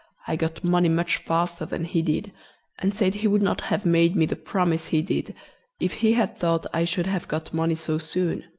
i got money much faster than he did and said he would not have made me the promise he did if he had thought i should have got money so soon.